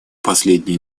последние